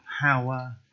power